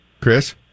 Chris